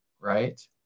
right